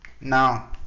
Now